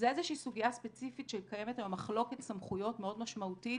זה איזושהי סוגיה ספציפית שקיימת היום מחלוקת סמכויות מאוד משמעותית